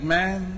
man